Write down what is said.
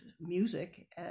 music